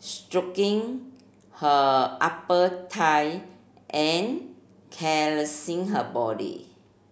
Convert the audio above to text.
stroking her upper thigh and caressing her body